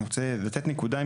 אני רוצה לתת נקודה,